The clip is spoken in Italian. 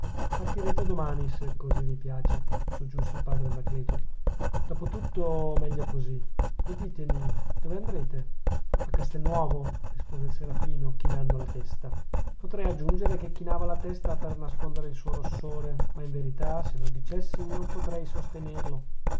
partirete domani se così vi piace soggiunse il padre anacleto dopo tutto meglio così e ditemi dove andrete a castelnuovo rispose il serafino chinando la testa potrei aggiungere che chinava la testa per nascondere il suo rossore ma in verità se lo dicessi non potrei sostenerlo